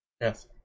Yes